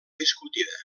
discutida